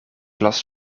last